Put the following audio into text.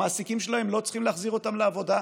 המעסיקים שלהם לא צריכים להחזיר אותם לעבודה,